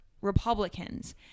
Republicans